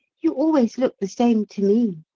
you always look the same to me.